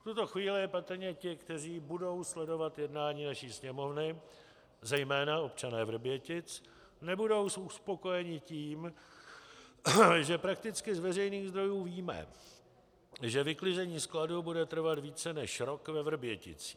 V tuto chvíli patrně ti, kteří budou sledovat jednání naší Sněmovny, zejména občané Vrbětic, nebudou uspokojeni tím, že prakticky z veřejných zdrojů víme, že vyklizení skladu bude trvat více než rok ve Vrběticích.